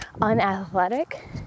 unathletic